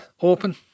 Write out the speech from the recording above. open